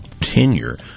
tenure